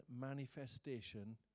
manifestation